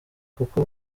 kuko